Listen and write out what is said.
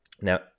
Now